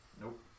Nope